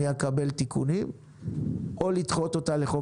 אני אקבל תיקונים או לדחות אותה לחוק